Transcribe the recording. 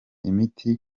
imiti